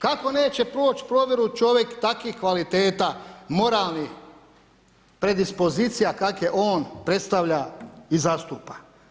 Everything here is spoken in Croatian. Kako neće proći provjeru čovjek takvih kvaliteta moralnih predispozicija kakve on predstavlja i zastupa.